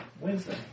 Wednesday